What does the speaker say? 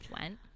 went